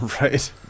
Right